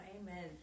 Amen